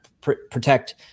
protect